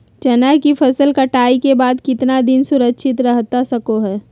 चना की फसल कटाई के बाद कितना दिन सुरक्षित रहतई सको हय?